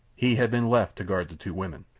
he had been left to guard the two women.